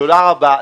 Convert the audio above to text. תודה רבה.